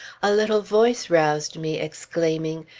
a little voice roused me exclaiming,